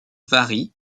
varie